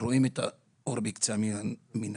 רואים את האור שבקצה המנהרה.